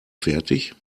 fertig